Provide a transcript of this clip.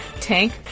Tank